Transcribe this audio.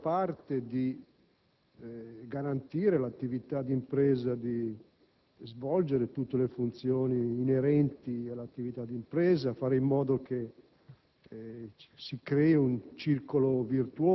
I Verdi, sono però portatori, questo lo voglio rivendicare anche durante l'esame di questo provvedimento, di norme chiare, precise,